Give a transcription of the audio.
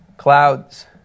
Clouds